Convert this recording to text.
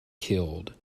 killed